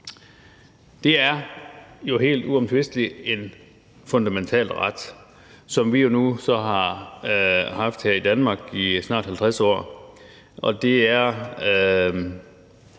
Det er jo helt uomtvistelig en fundamental ret, som vi så nu har haft her i Danmark i snart 50 år, og det er